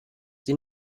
sie